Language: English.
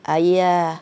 !aiya!